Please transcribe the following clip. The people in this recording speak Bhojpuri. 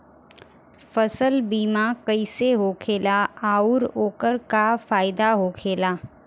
फसल बीमा कइसे होखेला आऊर ओकर का फाइदा होखेला?